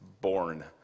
born